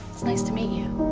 it's nice to meet you.